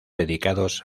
dedicados